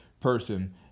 person